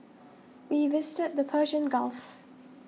we visited the Persian Gulf